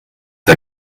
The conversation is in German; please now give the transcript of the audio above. der